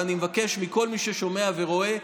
ואני מבקש מכל מי ששומע ורואה: